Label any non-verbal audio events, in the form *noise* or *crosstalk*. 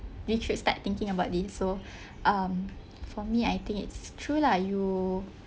we should start thinking about this so *breath* um for me I think it's true lah you